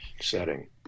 setting